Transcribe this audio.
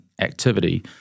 activity